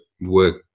work